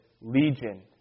Legion